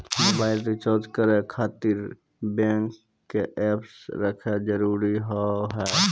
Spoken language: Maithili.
मोबाइल रिचार्ज करे खातिर बैंक के ऐप रखे जरूरी हाव है?